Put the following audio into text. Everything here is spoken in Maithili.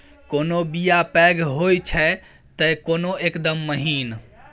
कोनो बीया पैघ होई छै तए कोनो एकदम महीन